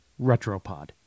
Retropod